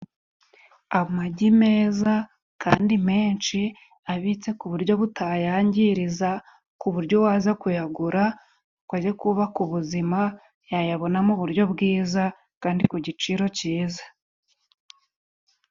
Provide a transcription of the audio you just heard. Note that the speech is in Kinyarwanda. Amagi meza kandi menshi abitse ku buryo butayangiriza, ku buryo uwaza kuyagura ngo ajye kubaka buzima, yayabona mu buryo bwiza kandi ku giciro cyiza.